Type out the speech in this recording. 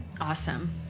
Awesome